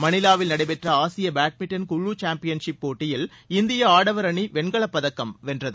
மணிலாவில் நடைபெற்ற ஆசிய பேட்மிண்டன் குழு சாம்பியன்ஷிப் போட்டியில் இந்திய ஆடவர் அணி வெண்கலப்பதக்கம் வென்றது